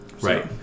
Right